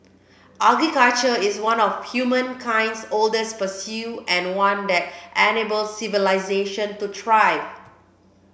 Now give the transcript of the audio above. agriculture is one of humankind's oldest pursuit and one that enabled civilisation to thrive